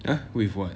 !huh! with what